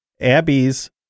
abby's